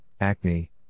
acne